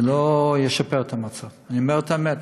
זה לא ישפר את המצב, אני אומר את האמת.